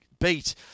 beat